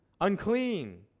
Unclean